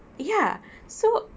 ya so